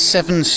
Seven